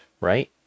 right